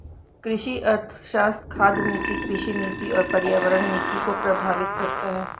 कृषि अर्थशास्त्र खाद्य नीति, कृषि नीति और पर्यावरण नीति को प्रभावित करता है